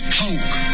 poke